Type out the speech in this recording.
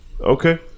Okay